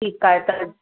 ठीकु आहे त